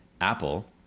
Apple